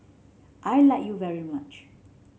I like you very much